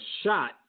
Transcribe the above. shot